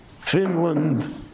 Finland